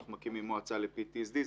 אנחנו מקימים מועצה ל-PTSD.